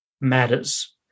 matters